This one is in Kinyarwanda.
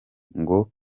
ngo